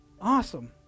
Awesome